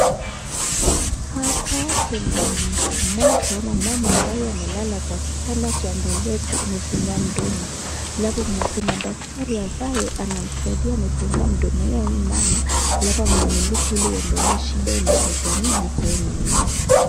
Hapa kuna mtu ama mama moja amelala Kwa kitanda akiangalia juuna amefungua mdomo alfu Kuna daktari ambaye amsaidia amefungua mdomo yake ya huyo mama alfu anamulika ili angalie shida inaesakuwa nini Kwa meno yake.